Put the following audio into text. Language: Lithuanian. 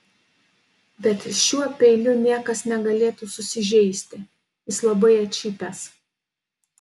bet šiuo peiliu niekas negalėtų susižeisti jis labai atšipęs